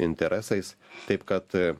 interesais taip kad